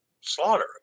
slaughter